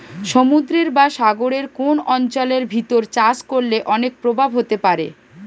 সমুদ্রের বা সাগরের কোন অঞ্চলের ভিতর চাষ করলে অনেক প্রভাব হতে পারে